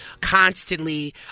constantly